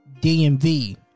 DMV